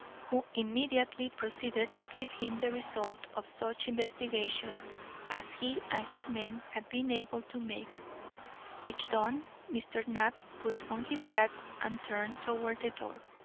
who immediately proceeded to give him the result of such investigations as he and his men had been able to make which done, mr. knapp put on his hat and turned toward the door.